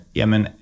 jamen